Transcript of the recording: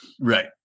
Right